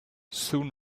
soon